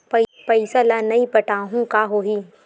पईसा ल नई पटाहूँ का होही?